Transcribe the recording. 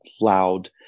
loud